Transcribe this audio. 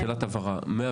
שאלת הבהרה 105